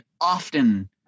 often